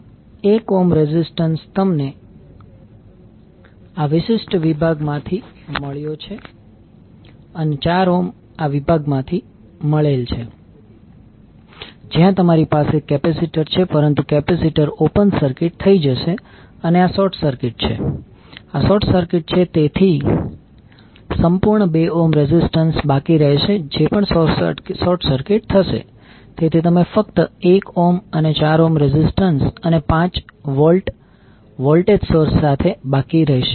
આમ 1 ohm resistance તમને આ વિશિષ્ટ વિભાગ માંથી મળ્યો છે અને 4 ઓહ્મ આ વિભાગ માંથી મળેલ છે જ્યાં તમારી પાસે કેપેસિટર છે પરંતુ કેપેસિટર ઓપન સર્કિટ થઈ જશે અને આ શોર્ટ સર્કિટ છે આ શોર્ટ સર્કિટ છે તેથી સંપૂર્ણ 2 ઓહ્મ રેઝિસ્ટન્સ બાકી રહેશે જે પણ શોર્ટ સર્કિટ થશે તેથી તમે ફક્ત 1 ઓહ્મ અને 4 ઓહ્મ રેઝિસ્ટન્સ અને 5 વોલ્ટ વોલ્ટેજ સોર્સ સાથે બાકી રહેશે